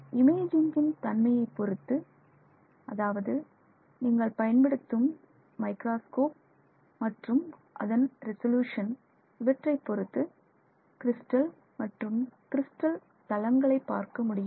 இமேஜிங்கின் தன்மையை பொறுத்து அதாவது நீங்கள் பயன்படுத்தும் மைக்ராஸ்கோப் மற்றும் அதன் ரிசொலுஷன் இவற்றை பொறுத்து கிரிஸ்டல் மற்றும் கிரிஸ்டல் தளங்களை பார்க்க முடியும்